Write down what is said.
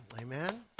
Amen